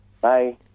Bye